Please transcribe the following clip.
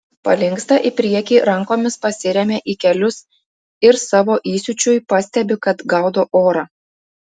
palinksta į priekį rankomis pasiremia į kelius ir savo įsiūčiui pastebi kad gaudo orą